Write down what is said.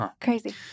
Crazy